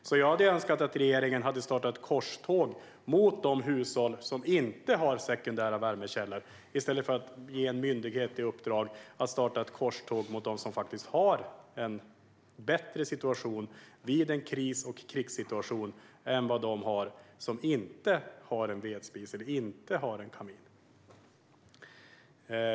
Jag hade därför önskat att regeringen hade startat ett korståg mot de hushåll som inte har sekundära värmekällor, i stället för att ge en myndighet i uppdrag att starta ett korståg mot dem som faktiskt har en bättre situation vid kris eller krig än de som inte har en vedspis eller en kamin.